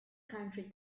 country